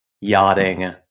yachting